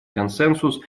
консенсус